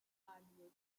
hardwood